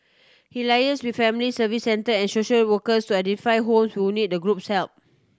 he liaises with Family Service Centre and social workers to identify homes need the group help